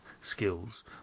skills